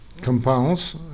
compounds